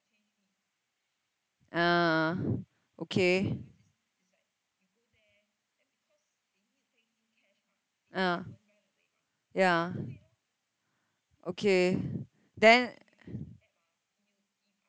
ah okay ah ya okay then